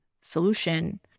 solution